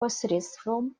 посредством